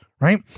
right